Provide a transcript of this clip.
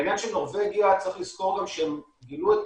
בעניין של נורבגיה צריך לזכור גם שהם גילו את